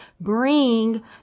bring